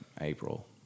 April